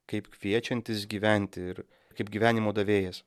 kaip kviečiantis gyventi ir kaip gyvenimo davėjas